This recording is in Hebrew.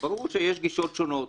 ברור שיש גישות שונות,